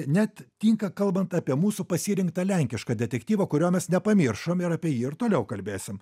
net tinka kalbant apie mūsų pasirinktą lenkišką detektyvą kurio mes nepamiršom ir apie jį ir toliau kalbėsim